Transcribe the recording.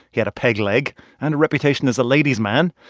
he had a peg leg and a reputation as a ladies' man.